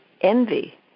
envy